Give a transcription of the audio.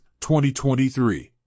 2023